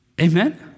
Amen